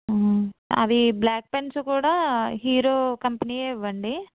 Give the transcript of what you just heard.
అవి black pens కూడా Hero కంపెనీవి ఇవ్వండి